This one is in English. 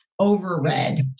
overread